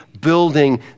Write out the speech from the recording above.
building